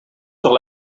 sur